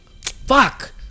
fuck